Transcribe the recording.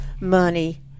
money